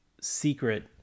secret